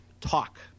talk